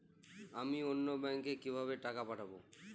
আমি অন্য ব্যাংকে কিভাবে টাকা পাঠাব?